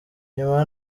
nyuma